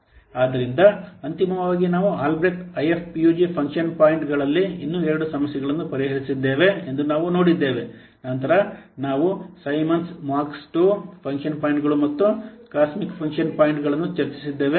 ಆದ್ದರಿಂದ ಅಂತಿಮವಾಗಿ ನಾವು ಆಲ್ಬ್ರೆಕ್ಟ್ ಐಎಫ್ಪಿಯುಜಿ ಫಂಕ್ಷನ್ ಪಾಯಿಂಟ್ಗಳಲ್ಲಿ ಇನ್ನೂ ಎರಡು ಸಮಸ್ಯೆಗಳನ್ನು ಪರಿಹರಿಸಿದ್ದೇವೆ ಎಂದು ನಾವು ನೋಡಿದ್ದೇವೆ ನಂತರ ನಾವು ಸೈಮನ್ಸ್ ಮಾರ್ಕ್ II ಫಂಕ್ಷನ್ ಪಾಯಿಂಟ್ಗಳು ಮತ್ತು ಕಾಸ್ಮಿಕ್ ಫಂಕ್ಷನ್ ಪಾಯಿಂಟ್ಗಳನ್ನು ಚರ್ಚಿಸಿದ್ದೇವೆ